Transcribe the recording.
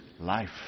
life